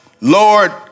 Lord